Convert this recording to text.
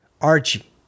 Archie